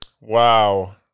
Wow